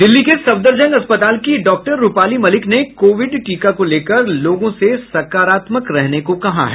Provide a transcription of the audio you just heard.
दिल्ली के सफदरजंग अस्पताल की डॉक्टर रूपाली मलिक ने कोविड टीका को लेकर लोगों से सकारात्मक रहने को कहा है